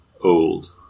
old